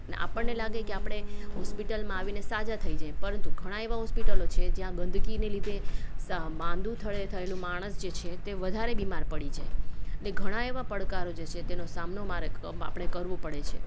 અને આપણને લાગે કે આપણે હોસ્પિટલમાં આવીને સાજા થઈ જાય પરંતુ ઘણા એવા હોસ્પિટલો છે જ્યાં ગંદકીને લીધે સ માંદુ થયેલું માણસ જે છે તે વધારે બીમાર પડી જાય એટલે ઘણા એવા પડકારો જે છે તેનો સામનો મારે આપણે કરવું પડે છે